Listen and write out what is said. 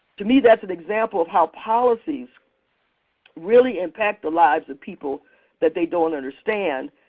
to me that's an example of how policies really impact the lives of people that they don't understand.